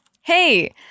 Hey